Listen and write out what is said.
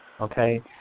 okay